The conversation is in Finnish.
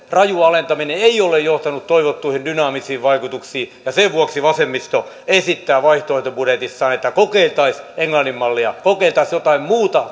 raju alentaminen ei ole johtanut toivottuihin dynaamisiin vaikutuksiin sen vuoksi vasemmisto esittää vaihtoehtobudjetissaan että kokeiltaisiin englannin mallia kokeiltaisiin jotain muuta